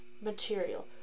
material